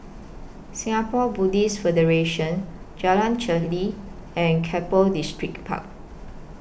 Singapore Buddhist Federation Jalan Pacheli and Keppel Distripark